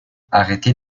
arrêtez